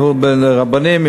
נהוג בין רבנים,